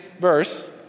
verse